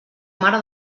mare